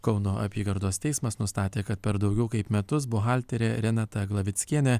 kauno apygardos teismas nustatė kad per daugiau kaip metus buhalterė renata glavickienė